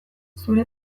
zure